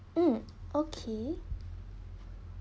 mm okay